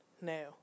Now